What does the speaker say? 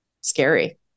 scary